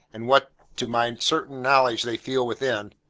and what to my certain knowledge they feel within,